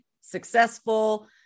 successful